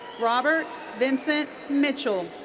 robert vincent mitchell.